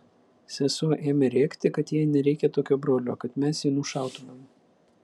sesuo ėmė rėkti kad jai nereikia tokio brolio kad mes jį nušautumėm